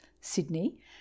Sydney